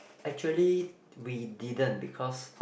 actually we didn't because